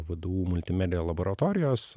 vdu multimedija laboratorijos